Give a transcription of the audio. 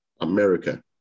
America